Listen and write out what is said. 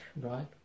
Right